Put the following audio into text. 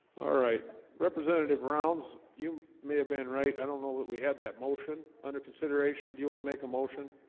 all right representative rounds you may have been right. i don't know that we had that motion under consideration. do you want to make a motion?